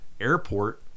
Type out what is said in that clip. airport